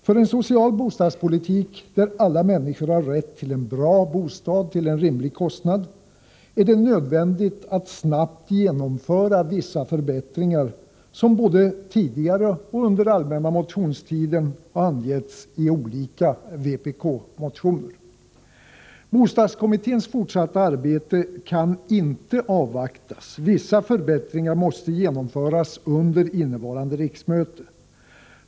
För en social bostadspolitik, där alla människor har rätt till en bra bostad till en rimlig kostnad, är det nödvändigt att snabbt genomföra vissa förbättringar, som både tidigare och under allmänna motionstiden har angetts i olika vpk-motioner. Bostadskommitténs fortsatta arbete kan inte avvaktas. Vissa förbättringar måste genomföras under innevarande riksmöte.